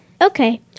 Okay